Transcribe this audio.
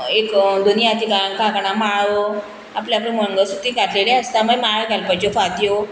एक दोनी हाती कांकणा माळो आपलीं आपलीं मंगळसुत्रूय घातलेलीं आसता मागीर माळ घालपाच्यो फांत्यो